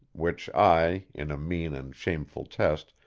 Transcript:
which i, in a mean and shameful test,